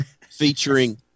featuring